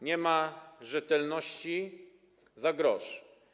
Nie ma rzetelności za grosz.